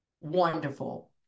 wonderful